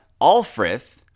Alfrith